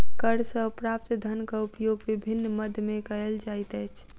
कर सॅ प्राप्त धनक उपयोग विभिन्न मद मे कयल जाइत अछि